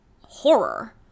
horror